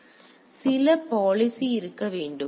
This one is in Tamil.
எனவே சில பாலிசி இருக்க வேண்டும்